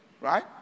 Right